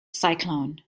cyclone